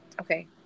okay